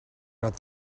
not